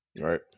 Right